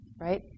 right